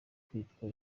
kwitwa